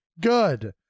Good